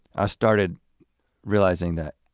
i started realizing that